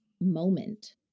moment